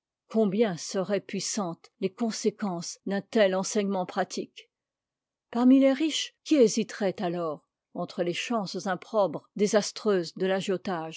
combien seraient puissantes les conséquences d'un tel enseignement pratique parmi les riches qui hésiterait alors entre les chances improbes désastreuses de